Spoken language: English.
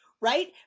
Right